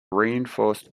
reinforced